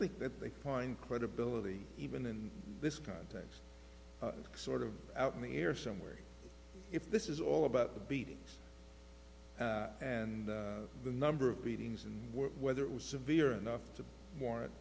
think that that point credibility even in this context sort of out in the air somewhere if this is all about the beatings and the number of beatings and whether it was severe enough to warrant